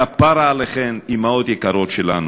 כפרה עליכן, אימהות יקרות שלנו,